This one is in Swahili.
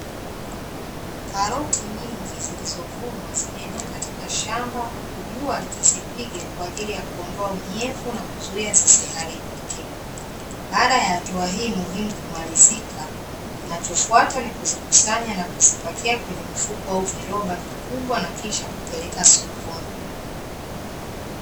Karoti nyingi zilizovunwa zimeenea katika shamba huku jua likizipiga kwa ajili ya kuondoa unyevu na kuzuia zisiharibike. Baada ya hatua hii muhimu kumalizika, kinachofuata ni kuzikusanya na kuzipakia kwenye mifuko au viroba vikubwa na kisha kupeleka sokoni.